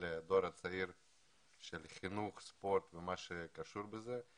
בדור הצעיר בחינוך לספורט ומה שקשור בזה.